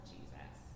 Jesus